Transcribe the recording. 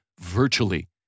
virtually